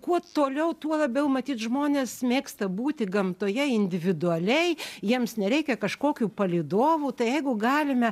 kuo toliau tuo labiau matyt žmonės mėgsta būti gamtoje individualiai jiems nereikia kažkokių palydovų tai jeigu galime